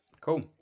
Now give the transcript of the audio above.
cool